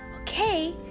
Okay